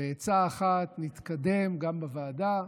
בעצה אחת נתקדם גם בוועדה,